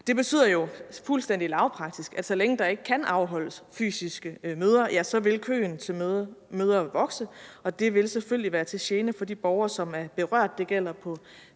Det betyder jo fuldstændig lavpraktisk, at så længe der ikke kan afholdes fysiske møder, vil køen til møder vokse, og det vil selvfølgelig være til gene for de borgere, som er berørt. Det gælder på